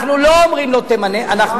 אנחנו לא אומרים לו: תמנה.